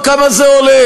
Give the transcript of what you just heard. תלך לבדוק כמה זה עולה.